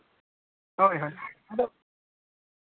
ᱦᱳᱭ ᱦᱳᱭ ᱟᱫᱚ